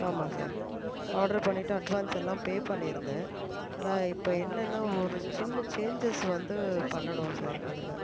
ஆமாம் sir order பண்ணிட்டு advance எல்லாம் பே பண்ணிருந்தேன் ஆனால் இப்போ என்னென்னா ஒரு சின்ன சேஞ்சஸ் வந்து பண்ணனும் சார் அதில்